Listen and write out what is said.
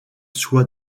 soit